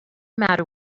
matter